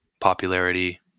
popularity